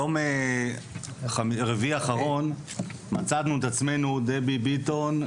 יום רביעי האחרון מצאנו את עצמנו דבי ביטון,